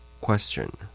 Question